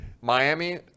Miami